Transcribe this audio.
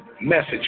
message